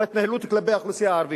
הוא ההתנהלות כלפי האוכלוסייה הערבית.